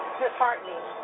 disheartening